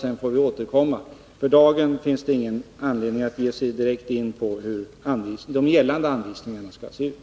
Sedan får vi återkomma. För dagen finns det ingen anledning att ge sig direkt in på hur de gällande anvisningarna skall se ut.